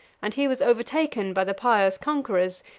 and he was overtaken by the pious conquerors,